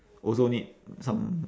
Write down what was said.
also need some